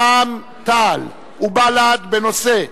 רע"ם-תע"ל ובל"ד בנושא: